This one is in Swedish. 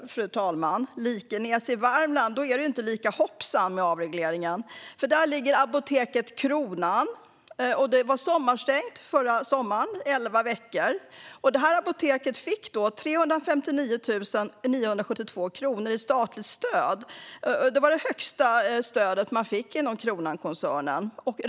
Där är det inte lika hoppsan med avregleringen. Där ligger Kronans Apotek, som förra sommaren var stängt i elva veckor. Det apoteket fick 359 972 kronor i statligt stöd. Det var det högsta stödet man fick inom Kronankoncernen.